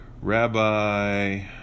Rabbi